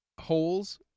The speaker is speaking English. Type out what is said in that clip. holes